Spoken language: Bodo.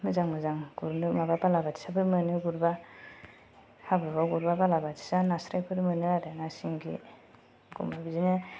मोजां मोजां गुरनो माबा बालाबाथिया बो मोनो गुरबा हाब्रुयाव गुरब्ला बालाबाथिया नास्राय फोर मोनो आरो ना सिंगि बिदिनो